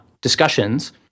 discussions